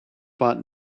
bought